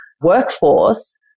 workforce